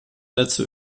letzte